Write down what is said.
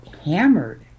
hammered